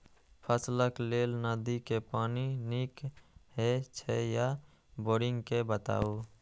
फसलक लेल नदी के पानी नीक हे छै या बोरिंग के बताऊ?